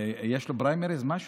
יש לו פריימריז, משהו?